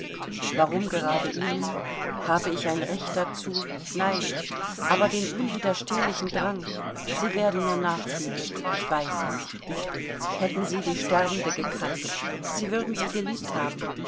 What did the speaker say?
warum gerade ihnen habe ich ein recht dazu nein aber den unwiderstehlichen drang sie werden mir nachfühlen ich weiß es hätten sie die sterbende gekannt sie würden sie geliebt haben